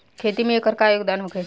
खेती में एकर का योगदान होखे?